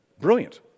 Brilliant